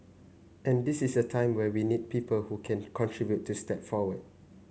and this is a time when we need people who can contribute to step forward